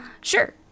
Sure